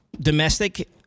domestic